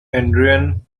adrian